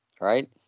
right